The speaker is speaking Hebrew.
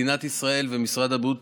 מדינת ישראל ומשרד הבריאות